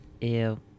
ew